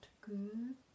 good